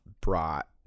brought